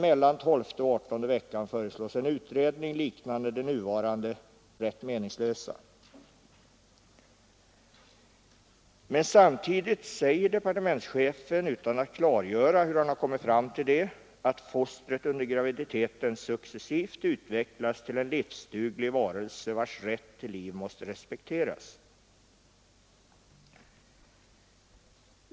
Mellan tolfte och adertonde veckan föreslås en utredning liknande de nuvarande rätt meningslösa. Men samtidigt säger departementschefen, utan att klargöra hur han kommit fram till det, att fostret under graviditeten successivt utvecklas till en livsduglig varelse vars rätt till liv måste respekteras.